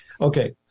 Okay